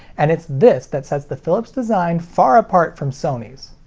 and it's this that sets the philips design far apart from sony's.